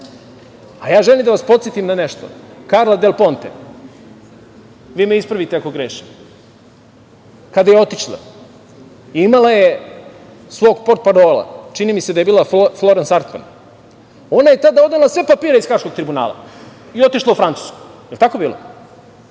uslovi. Želim da vas podsetim na nešto, Karla del Ponte, vi me ispravite ako grešim, kada je otišla imala je svog portparola, čini mi se da je bila Florans Artman, ona je tada odala sve papire iz Haškog tribunala i otišla u Francusku. Jel tako bilo?